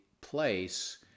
place